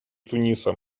туниса